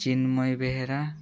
Chinmay Behera